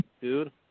Dude